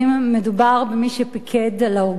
מדובר במי שפיקד על האוגדה,